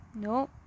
No